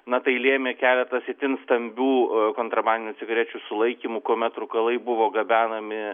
na tai lėmė keletas itin stambių kontrabandinių cigarečių sulaikymų kuomet rūkalai buvo gabenami